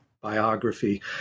biography